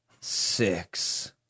Six